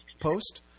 post